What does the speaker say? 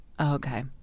Okay